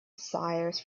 sires